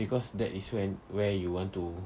because that is when where you want to